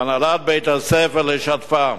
ועל הנהלת בית-הספר לשתפם.